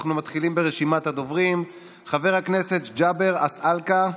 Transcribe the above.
אנחנו מתחילים ברשימת הדוברים: חבר הכנסת ג'אבר עסאקלה,